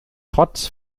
trotz